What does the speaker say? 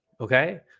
okay